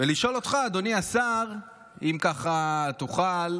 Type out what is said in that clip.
ולשאול אותך, אדוני השר, אם ככה תוכל,